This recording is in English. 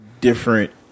different